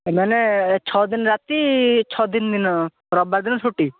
ମାନେ ଛଅ ଦିନ ରାତି ଛଅ ଦିନ ଦିନ ରବିବାରେ ଛୁଟି